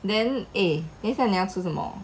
then eh 等一下你要吃什么